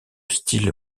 style